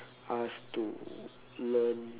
us to learn